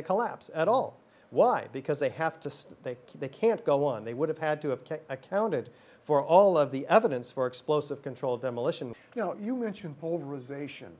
the collapse at all why because they have to they they can't go on they would have had to have accounted for all of the evidence for explosive controlled demolition you know you mention polarization